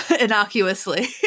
innocuously